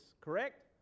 correct